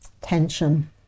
Tension